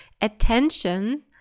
attention